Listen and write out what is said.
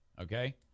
okay